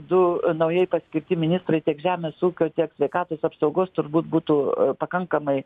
du naujai paskirti ministrai tiek žemės ūkio tiek sveikatos apsaugos turbūt būtų pakankamai